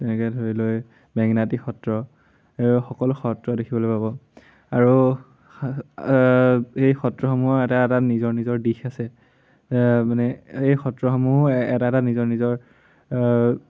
তেনেকে ধৰি লৈ বেঙেনাআটী সত্ৰ সকলো সত্ৰ দেখিবলৈ পাব আৰু এই সত্ৰসমূহৰ এটা এটা নিজৰ নিজৰ দিশ আছে মানে এই সত্ৰসমূহো এটা এটা নিজৰ নিজৰ